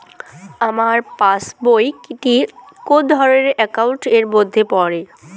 আমার পাশ বই টি কোন ধরণের একাউন্ট এর মধ্যে পড়ে?